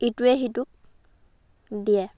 ইটোৱে সিটোক দিয়ে